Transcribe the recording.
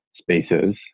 spaces